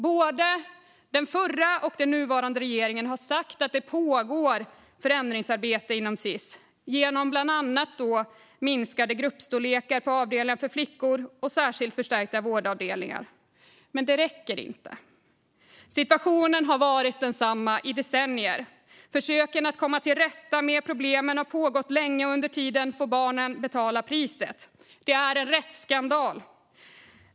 Både den förra och den nuvarande regeringen har sagt att det pågår förändringsarbete inom Sis genom bland annat minskade gruppstorlekar på avdelningar för flickor och särskilt förstärkta vårdavdelningar. Men det räcker inte. Situationen har varit densamma i decennier. Försöken att komma till rätta med problemen har pågått länge, och under tiden får barnen betala priset. Det är en rättsskandal.